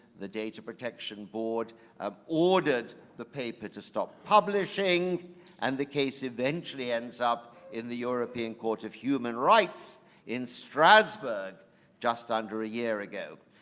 the data protection board ah ordered the paper to stop publishing and the case eventually ends up in the european court of human rights in strasberg just under a year ago.